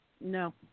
No